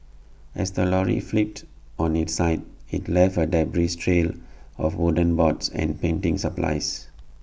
as the lorry flipped on its side IT left A debris trail of wooden boards and painting supplies